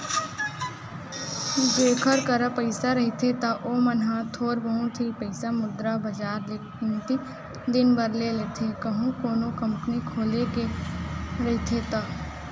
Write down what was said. जेखर करा पइसा रहिथे त ओमन ह थोर बहुत ही पइसा मुद्रा बजार ले कमती दिन बर ले लेथे कहूं कोनो कंपनी खोले के रहिथे ता